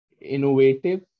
innovative